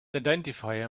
identifier